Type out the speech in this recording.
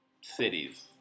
cities